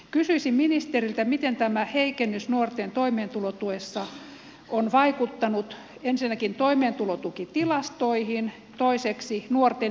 kysyisin ministeriltä miten tämä heikennys nuorten toimeentulotuessa on vaikuttanut ensinnäkin toimeentulotukitilastoihin toiseksi nuorten elämänhallintaan